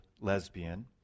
lesbian